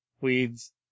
weeds